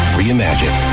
Reimagine